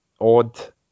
odd